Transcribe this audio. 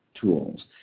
tools